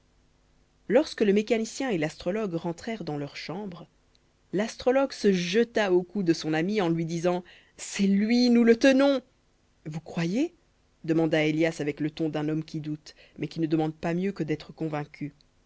lorsque le mécanicien et l'astrologue rentrèrent dans leur chambre l'astrologue se jeta au cou de son ami en lui disant c'est lui nous le tenons vous croyez demanda élias avec le ton d'un homme qui doute mais qui ne demande pas mieux que d'être convaincu